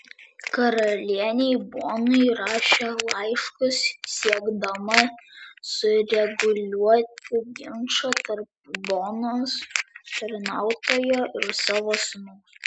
karalienei bonai rašė laiškus siekdama sureguliuoti ginčą tarp bonos tarnautojo ir savo sūnaus